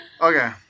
Okay